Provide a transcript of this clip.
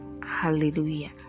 Hallelujah